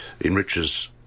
enriches